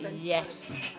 yes